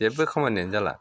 जेबो खामानियानो जाला